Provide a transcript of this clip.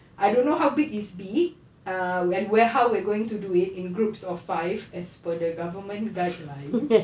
I don't know how big is big err when where how we're going to do it in groups of five as per the government guidelines